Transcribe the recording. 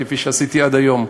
כפי שעשיתי עד היום,